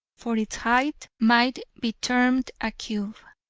for its height, might be termed a cube,